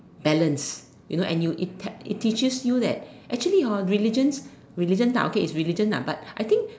balanced you know and you it it teaches you that actually hor religions religions ah it's religions lah but I think